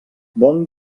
bon